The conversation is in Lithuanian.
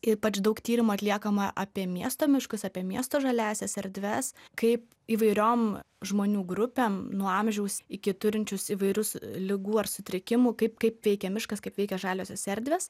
ypač daug tyrimą atliekama apie miesto miškus apie miesto žaliąsias erdves kaip įvairiom žmonių grupėm nuo amžiaus iki turinčius įvairius ligų ar sutrikimų kaip kaip veikia miškas kaip veikia žaliosios erdvės